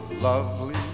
lovely